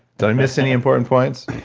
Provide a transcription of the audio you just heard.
did i miss any important points?